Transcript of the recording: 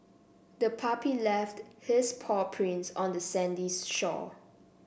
the puppy left his paw prints on the sandy shore